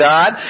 God